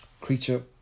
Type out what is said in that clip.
Creature